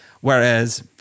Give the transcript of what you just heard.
Whereas